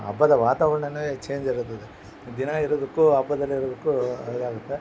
ಹಬ್ಬದ ವಾತಾವರಣ ಚೇಂಜ್ ಇರುತ್ತದೆ ದಿನ ಇರೋದಕ್ಕು ಹಬ್ಬದಲ್ಲಿ ಇರೋದಕ್ಕು ಇದಾಗುತ್ತೆ